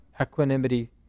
equanimity